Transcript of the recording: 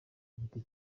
giti